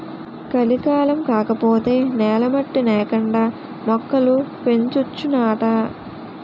కలికాలం కాకపోతే నేల మట్టి నేకండా మొక్కలు పెంచొచ్చునాట